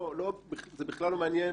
זה בכלל לא מעניין